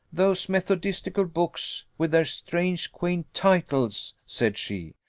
those methodistical books, with their strange quaint titles, said she,